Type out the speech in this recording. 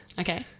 Okay